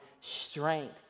strength